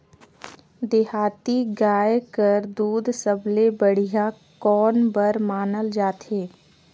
देहाती गाय कर दूध सबले बढ़िया कौन बर मानल जाथे?